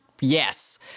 Yes